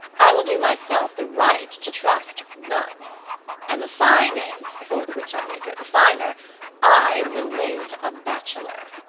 i will do myself the right to trust none and the fine is for the which i may go the finer i will live a bachelor.